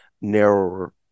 narrower